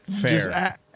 fair